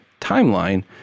timeline